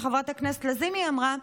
שחברת הכנסת לזימי אמרה,